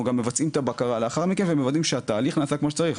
גם מבצעים את הבקרה לאחר מכן ומוודאים שהתהליך נעשה כמו שצריך.